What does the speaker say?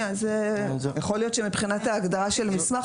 יכול להיות שמבחינת ההגדרה של מסמך,